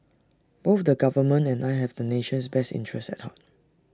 both the government and I have the nation's best interest at heart